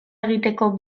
egiteko